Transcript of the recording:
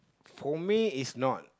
for me is not